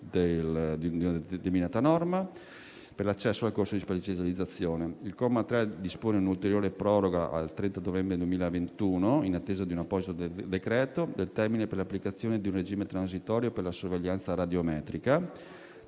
12 della norma per l'accesso al corso di specializzazione. Il comma 3 dispone un'ulteriore proroga al 30 novembre 2021, in attesa di un apposito decreto, del termine per l'applicazione di un regime transitorio per la sorveglianza radiometrica